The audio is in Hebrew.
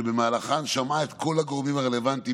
ובמהלכן היא שמעה את כל הגורמים הרלוונטיים